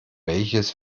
welches